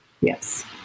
Yes